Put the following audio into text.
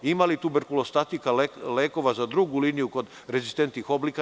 Ima li tuberkulostatika, lekova za drugu liniju kod rezistentnih oblika?